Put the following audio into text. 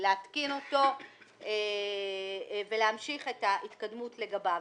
להתקין אותו ולהמשיך את ההתקדמות לגביו.